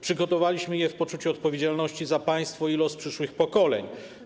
Przygotowaliśmy je w poczuciu odpowiedzialności za państwo i los przyszłych pokoleń.